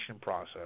process